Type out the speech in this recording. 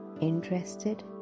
interested